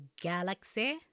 galaxy